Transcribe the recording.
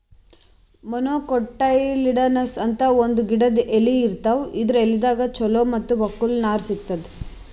monocotyledonous ಅಂತ್ ಒಂದ್ ಗಿಡದ್ ಎಲಿ ಇರ್ತಾವ ಇದರ್ ಎಲಿದಾಗ್ ಚಲೋ ಮತ್ತ್ ಬಕ್ಕುಲ್ ನಾರ್ ಸಿಗ್ತದ್